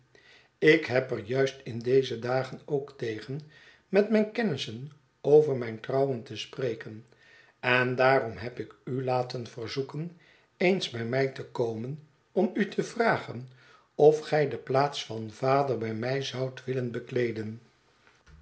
ik heb er juist in deze dagen ook tegen met mijn kennissen over mijn trouwen te spreken en daarom heb ik u laten verzoeken eens bij mij te komen om u te vragen of gij de plaats van vader bij mij zoudt willen bekleeden